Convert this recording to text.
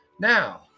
Now